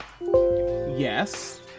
yes